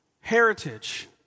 heritage